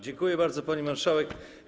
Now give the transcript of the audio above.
Dziękuję bardzo, pani marszałek.